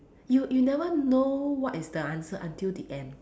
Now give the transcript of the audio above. you you never know what is the answer until the end